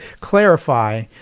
clarify